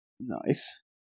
Nice